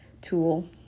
tool